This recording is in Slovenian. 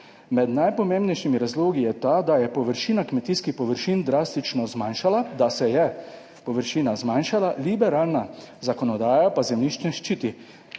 Med najpomembnejšimi razlogi je ta, da je površina kmetijskih površin drastično zmanjšala, da se je površina zmanjšala. Liberalna zakonodaja pa zemljišče ščiti.